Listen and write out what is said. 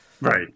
Right